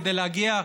כדי להגיע,